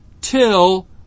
till